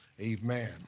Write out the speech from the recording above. amen